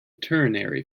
ternary